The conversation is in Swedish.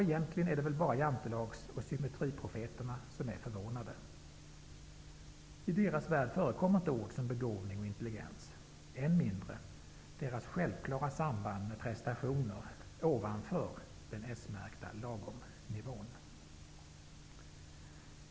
Egentligen är det väl bara Jantelags och symmetriprofeterna som är förvånade. I deras värld förekommer inte ord som begåvning och intelligens, än mindre deras självklara samband med prestationer ovanför den s-märkta lagomnivån.